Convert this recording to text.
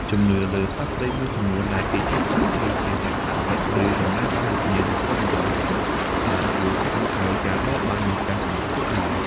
ជំនឿលើសត្វព្រៃមួយចំនួនដែលគេចាត់ទុកថាជាសត្វស័ក្តិសិទ្ធិ ឬតំណាងឲ្យវិញ្ញាណបុព្វបុរស បានជួយកាត់បន្ថយការបរបាញ់ និងការសម្លាប់ពួកវា។